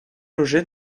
logés